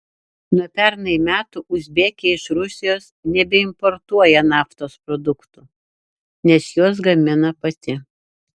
nuo pernai metų uzbekija iš rusijos nebeimportuoja naftos produktų nes juos gamina pati